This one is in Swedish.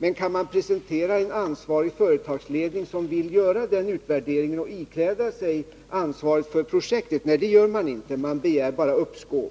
Men kan man presentera en företagsledning som vill göra den utvärderingen och ikläda sig ansvaret för projektet? Nej, det kan man inte. Man begär bara uppskov.